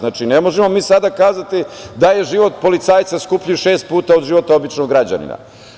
Ne možemo mi sada kazati da je život policajca skuplji šest puta od života običnog građanina.